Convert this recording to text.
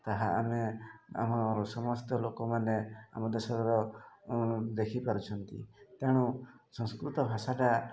ତାହା ଆମେ ଆମ ସମସ୍ତ ଲୋକମାନେ ଆମ ଦେଶର ଦେଖିପାରୁଛନ୍ତି ତେଣୁ ସଂସ୍କୃତ ଭାଷାଟା